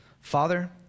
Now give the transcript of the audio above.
Father